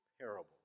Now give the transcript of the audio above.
parable